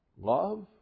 love